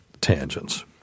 tangents